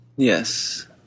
Yes